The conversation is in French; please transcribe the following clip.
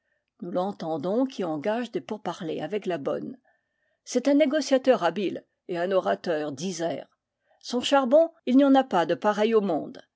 l'enten dons qui engage des pourparlers avec la bonne c'est un négociateur habile et un orateur disert son charbon il n'y en a pas de pareil au monde